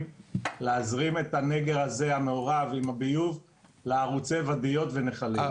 להזרים את הנגר הזה המעורב עם הביוב לערוצי ואדיות ונחלים.